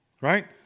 Right